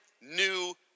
new